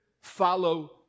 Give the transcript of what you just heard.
follow